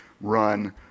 run